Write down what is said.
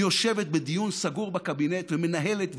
היא יושבת בדיון סגור בקבינט ומנהלת,